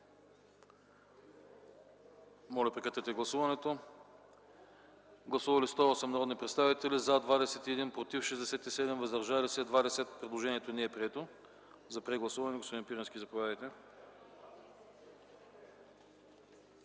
съвет през 2010 г.” Гласували 108 народни представители: за 21, против 67, въздържали се 20. Предложението не е прието. За прегласуване – господин Пирински, заповядайте.